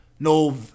No